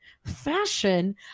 fashion